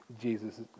Jesus